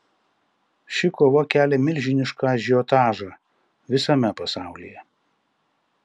ši kova kelia milžinišką ažiotažą visame pasaulyje